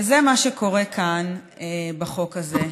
וזה מה שקורה כאן בחוק הזה,